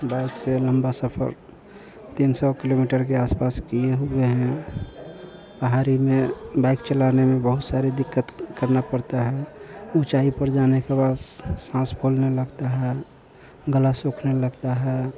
bike से लंबा सफर तीन सौ किलोमीटर के आसपास किए हुए हैं पहाड़ी में बाइक चलाने में बहुत सारी दिक्कत करना पड़ता है ऊंचाई पर जाने के बाद साँस फूलने लगता है गला सूखने लगता है